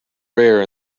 rare